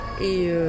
et